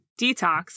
detox